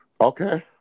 Okay